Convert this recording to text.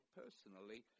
personally